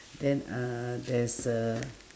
then uhh there's a